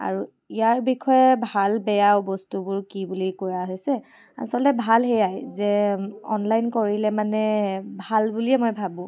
আৰু ইয়াৰ বিষয়ে ভাল বেয়াও বস্তুবোৰ কি বুলি কোৱা হৈছে আচলতে ভাল সেয়াই যে অনলাইন কৰিলে মানে ভাল বুলিয়ে মই ভাবোঁ